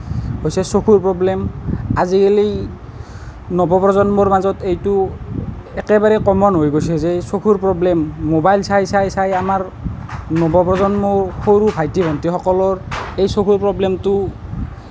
হৈছে চকুৰ প্ৰব্লেম আজিকালি নৱপ্ৰজন্মৰ মাজত এইটো একেবাৰে কমন হৈ গৈছে যে চকুৰ প্ৰব্লেম মোবাইল চাই চাই চাই আমাৰ নৱপ্ৰজন্মৰ সৰু ভাইটী ভণ্টীসকলৰ এই চকুৰ প্ৰব্লেমটো